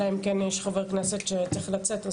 אלא אם יש חבר כנסת שצריך לצאת,